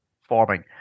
forming